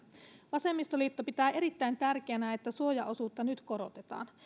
vasemmistoliitto pitää erittäin tärkeänä että suojaosuutta nyt korotetaan